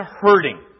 hurting